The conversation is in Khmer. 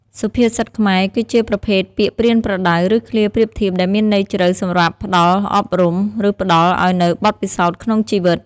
សុភាសិតខ្មែរ គឺជាប្រភេទពាក្យប្រៀនប្រដៅ ឬឃ្លាប្រៀបធៀបដែលមានន័យជ្រៅសម្រាប់ផ្ដល់អប់រំ ឬផ្ដល់ឱ្យនូវបទពិសោធន៍ក្នុងជីវិត។